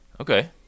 Okay